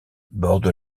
borde